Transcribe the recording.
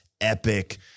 epic